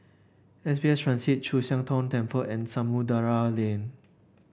S B S Transit Chu Siang Tong Temple and Samudera Lane